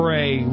Pray